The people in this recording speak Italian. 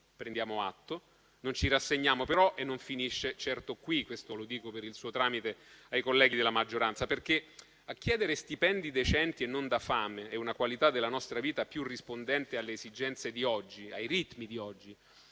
Prendiamo atto, non ci rassegniamo però e non finisce certo qui: questo lo dico per il suo tramite, signor Presidente, ai colleghi della maggioranza. Infatti, a chiedere stipendi decenti e non da fame e una qualità della nostra vita più rispondente alle esigenze e ai ritmi di oggi